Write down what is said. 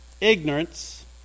Ignorance